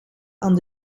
aan